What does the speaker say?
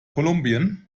kolumbien